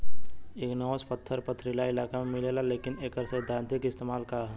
Igneous पत्थर पथरीली इलाका में मिलेला लेकिन एकर सैद्धांतिक इस्तेमाल का ह?